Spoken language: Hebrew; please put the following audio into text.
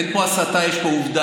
אין פה הסתה, יש פה עובדה.